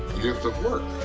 gift of work.